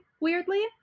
weirdly